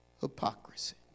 hypocrisy